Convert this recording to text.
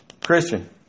Christian